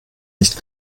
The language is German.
nicht